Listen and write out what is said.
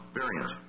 variant